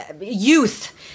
youth